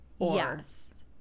Yes